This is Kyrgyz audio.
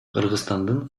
кыргызстандын